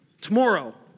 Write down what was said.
Tomorrow